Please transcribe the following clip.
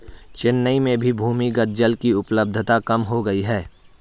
चेन्नई में भी भूमिगत जल की उपलब्धता कम हो गई है